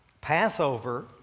Passover